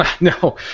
No